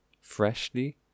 freshly